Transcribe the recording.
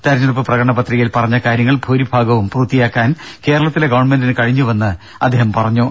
തിരഞ്ഞെടുപ്പ് പ്രകടന പത്രികയിൽ പറഞ്ഞ കാര്യങ്ങൾ ഭൂരിഭാഗവും പൂർത്തിയാക്കാൻ കേരളത്തിലെ ഗവൺമെന്റിന് കഴിഞ്ഞുവെന്ന് അദ്ദേഹം പറഞ്ഞു